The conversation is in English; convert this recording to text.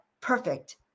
perfect